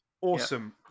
Awesome